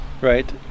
right